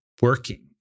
working